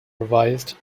revised